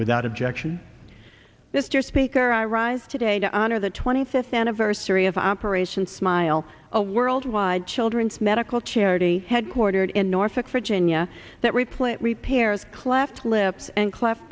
without objection this year speaker i rise today to honor the twenty fifth anniversary of operation smile a worldwide children's medical charity headquartered in norfolk virginia that replant repairs cleft lips and cleft